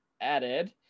added